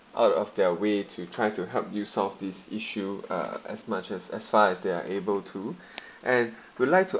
out of their way to try to help you solve this issue uh as much as as far as they're able to and would like to